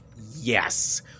yes